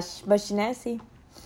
ya but she never say